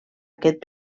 aquest